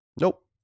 Nope